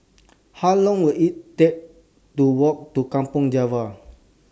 How Long Will IT Take to Walk to Kampong Java